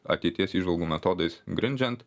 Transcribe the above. ateities įžvalgų metodais grindžiant